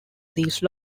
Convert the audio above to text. these